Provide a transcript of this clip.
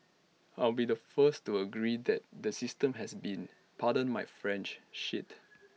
I'll be the first to agree that the system has been pardon my French shit